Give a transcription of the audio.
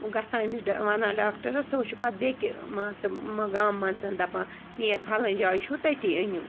گژھان أمِس ڈَ وَنان ڈاکٹَرَس سُہ حظ چھُ پَتہٕ بیٚیہِ کہِ مان ژٕ گامہٕ منٛز دَپان نیر پھلٲنۍ جایہِ چھُو تٔتی أنِو